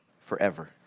forever